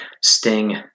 Sting